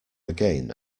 again